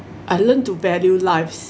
I learnt to value lives